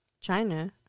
China